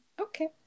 Okay